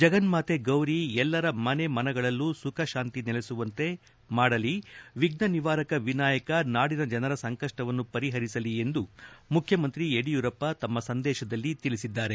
ಜಗನ್ನಾತೆ ಗೌರಿ ಎಲ್ಲರ ಮನೆಮನಗಳಲ್ಲೂ ಸುಖಶಾಂತಿ ನೆಲೆಸುವಂತೆ ಮಾಡಲಿ ವಿಫ್ನ ನಿವಾರಕ ವಿನಾಯಕ ನಾಡಿನ ಜನರ ಸಂಕಷ್ಪವನ್ನು ಪರಿಹರಿಸಲಿ ಎಂದು ಮುಖ್ಯಮಂತ್ರಿ ಯಡಿಯೂರಪ್ಪ ತಮ್ನ ಸಂದೇಶದಲ್ಲಿ ತಿಳಿಸಿದ್ದಾರೆ